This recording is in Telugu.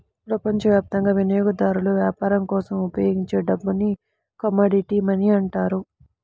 ప్రపంచవ్యాప్తంగా వినియోగదారులు వ్యాపారం కోసం ఉపయోగించే డబ్బుని కమోడిటీ మనీ అంటారు